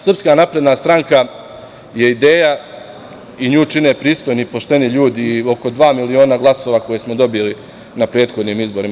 Srpska napredna stranka je ideja i nju čine pristojni i pošteni ljudi i oko dva miliona glasova koje smo dobili na prethodnim izborima.